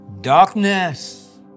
Darkness